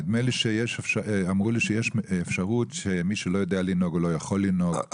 נדמה לי שאמרו שיש אפשרות שמי שלא יודע לנהוג או לא יכול לנהוג.